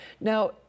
Now